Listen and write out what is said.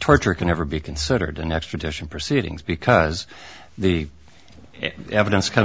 torture can never be considered an extradition proceedings because the evidence comes